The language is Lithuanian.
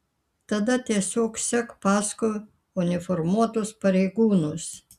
tada tiesiog sek paskui uniformuotus pareigūnus